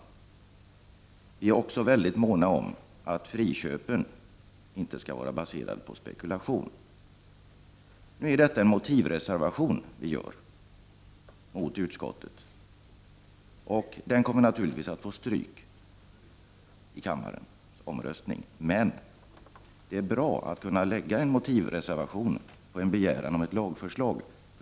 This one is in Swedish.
Miljöpartiet är också mycket mån om att friköpen inte skall vara baserade på spekulation. Nu är miljöpartiets reservation nr 2 en motivreservation, dvs. en annan motivering än utskottets. Den kommer naturligtvis att röstas ned vid kammarens omröstning. Men det är bra att vi kunnat lägga fram en motivreservation vid en begäran av ett lagförslag.